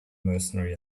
mercenary